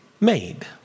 made